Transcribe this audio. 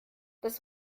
das